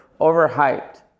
overhyped